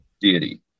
deity